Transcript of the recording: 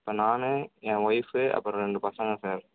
இப்போ நான் என் ஒய்ஃபு அப்புறம் ரெண்டு பசங்க சார்